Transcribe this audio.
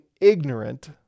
ignorant